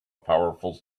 powerful